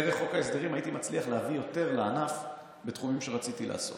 ודרך חוק ההסדרים הייתי מצליח להביא יותר לענף בתחומים שרציתי לעשות.